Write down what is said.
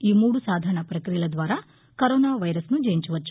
ఈ మూడు సాధారణ ప్రక్రియల ద్వారా కరోనా వైరస్ను జయించవచ్చు